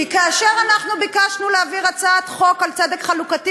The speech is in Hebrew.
כי כאשר אנחנו ביקשנו להעביר הצעת חוק על צדק חלוקתי,